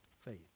faith